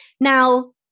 Now